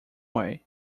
way